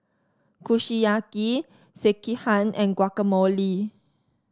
Kushiyaki Sekihan and Guacamole